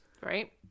Right